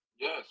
Yes